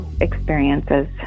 experiences